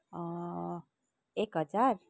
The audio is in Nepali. एक हजार